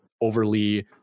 overly